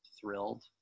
thrilled